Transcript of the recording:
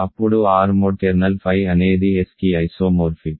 అప్పుడు R mod kernel phi అనేది S కి ఐసోమోర్ఫిక్